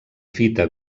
fita